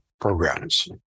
programs